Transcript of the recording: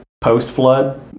post-flood